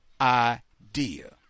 idea